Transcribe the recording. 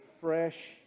fresh